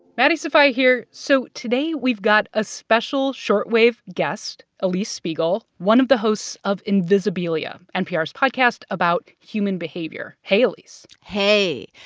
maddie sofia here. so today we've got a special short wave guest, ah alix spiegel, one of the hosts of invisibilia npr's podcast about human behavior. hey, alix hey.